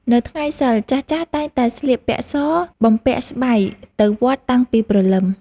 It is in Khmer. នៅថ្ងៃសីល ចាស់ៗតែងតែស្លៀកពាក់ស បំពាក់ស្បៃទៅវត្តតាំងពីព្រលឹម។